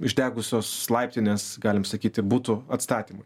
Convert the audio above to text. išdegusios laiptinės galim sakyti bu tų atstatymą